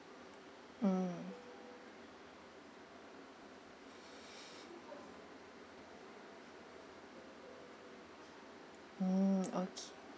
mm mm okay